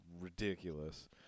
ridiculous